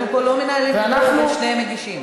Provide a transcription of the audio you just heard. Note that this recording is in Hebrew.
אנחנו פה לא מנהלים דיון בין שני המגישים.